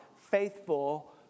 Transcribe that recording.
faithful